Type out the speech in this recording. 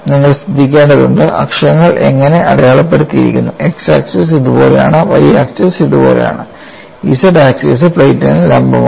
നിങ്ങൾ ശ്രദ്ധിക്കേണ്ടതുണ്ട് അക്ഷങ്ങൾ എങ്ങനെ അടയാളപ്പെടുത്തിയിരിക്കുന്നു x ആക്സിസ് ഇതുപോലെയാണ് y ആക്സിസ് ഇതുപോലെയാണ് z ആക്സിസ് പ്ലേറ്റിന് ലംബമാണ്